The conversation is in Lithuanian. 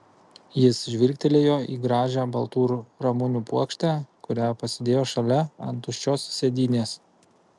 jis žvilgtelėjo į gražią baltų ramunių puokštę kurią pasidėjo šalia ant tuščios sėdynės